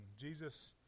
Jesus